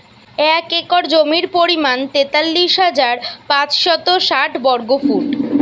এক একর জমির পরিমাণ তেতাল্লিশ হাজার পাঁচশত ষাট বর্গফুট